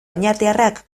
oñatiarrak